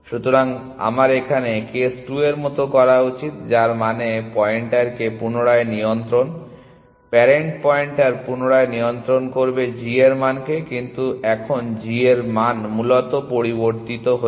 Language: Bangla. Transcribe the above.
সুতরাং আমার এখানে কেস 2 মত করা উচিত যার মানে পয়েন্টার কে পুনরায় নিয়ন্ত্রণ প্যারেন্ট পয়েন্টার পুনরায় নিয়ন্ত্রণ করবে g এর মানকে কিন্তু এখন g এর মান মূলত পরিবর্তিত হয়েছে